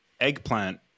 eggplant